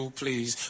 please